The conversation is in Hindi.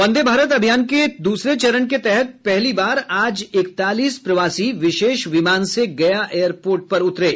वंदे भारत अभियान के दूसरे चरण के तहत पहली बार आज इकतालीस प्रवासी विशेष विमान से गया एयरपोर्ट पर उतरे